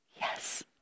Yes